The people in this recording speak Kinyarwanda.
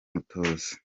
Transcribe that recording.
mutuzo